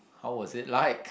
how was it like